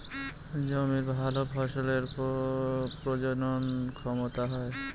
জমির ভালো ফসলের প্রজনন ক্ষমতা হয়